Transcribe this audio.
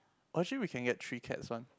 or actually we can get three cats one